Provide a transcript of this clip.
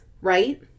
right